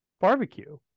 barbecue